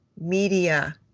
media